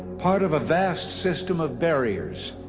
part of a vast system of barriers.